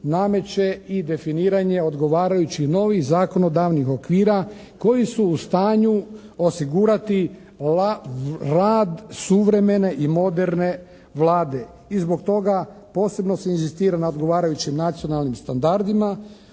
i definiranje odgovarajućih novih zakonodavnih okvira koji su u stanju osigurati rad suvremene i moderne Vlade. I zbog toga posebno se inzistira na odgovarajućim nacionalnim standardima.